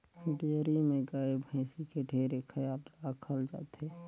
dairy में गाय, भइसी के ढेरे खयाल राखल जाथे